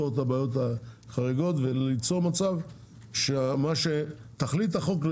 את הבעיות החריגות וליצור מצב שמה שתכלית החוק,